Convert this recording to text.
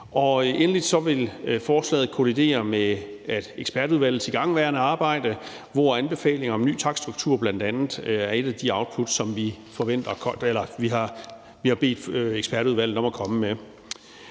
Endelig vil forslaget kollidere med ekspertudvalgets igangværende arbejde, hvor anbefalinger om en ny takststruktur bl.a. er et af de output, som vi har bedt ekspertudvalget om at komme med.